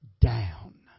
down